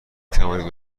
توانید